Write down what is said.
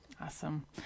Awesome